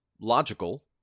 logical